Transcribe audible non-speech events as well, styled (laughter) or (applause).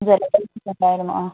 (unintelligible) ഉണ്ടായിരുന്നു ആ